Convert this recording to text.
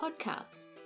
Podcast